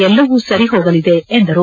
ಎಲ್ಲವೂ ಸರಿ ಹೋಗಲಿದೆ ಎಂದರು